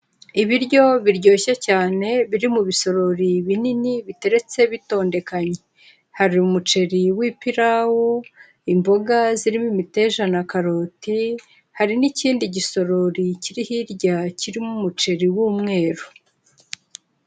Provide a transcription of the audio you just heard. Ibiryo biryoshye cyane biri mu bisorori binini biteretse bitondekanye, hari umuceri w'ipirawu, imboga zirimo imiteja na karoti, hari n'ikindi gisorori kiri hirya kirimo umuceri w'umweru.